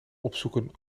opzoeken